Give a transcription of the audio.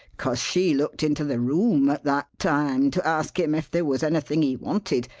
cause she looked into the room at that time to ask him if there was anything he wanted,